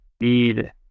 need